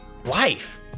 life